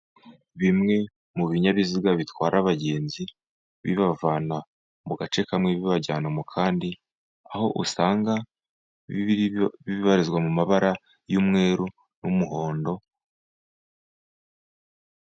Bimwe mu binyabiziga bitwara abagenzi, bibavana mu gace kamwe bibajyana mu kandi. Aho usanga bi bibarizwa mu mabara y'umweru, n'umuhondo.